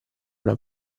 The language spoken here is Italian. una